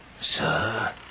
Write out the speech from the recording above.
Sir